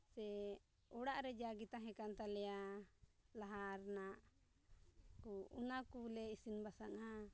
ᱥᱮ ᱚᱲᱟᱜ ᱨᱮ ᱡᱟᱜᱮ ᱛᱟᱦᱮᱸ ᱠᱟᱱ ᱛᱟᱞᱮᱭᱟ ᱞᱟᱦᱟ ᱨᱮᱱᱟᱜ ᱠᱚ ᱚᱱᱟ ᱠᱚᱞᱮ ᱤᱥᱤᱱ ᱵᱟᱥᱟᱝᱼᱟ